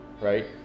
right